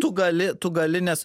tu gali tu gali nes